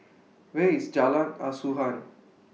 Where IS Jalan Asuhan